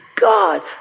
God